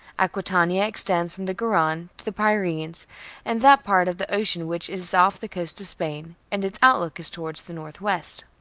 aquitania extends from the garonne to the pyrenees and that part of the ocean which is off the coast of spain and its outlook is towards the north-west